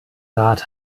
rat